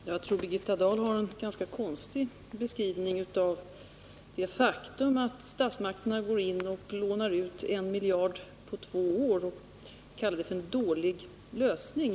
Herr talman! Jag tycker att Birgitta Dahl ger en ganska konstig beskrivning av det faktum, att statsmakterna går in och lånar ut I miljard kronor på två år. Hon kallar det för en dålig lösning.